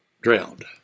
drowned